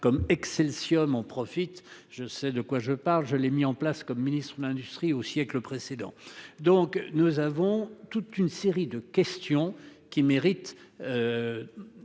comme Excellium on profite je sais de quoi je parle, je l'ai mis en place comme Ministre de l'industrie aux siècles précédents. Donc nous avons toute une série de questions qui méritent.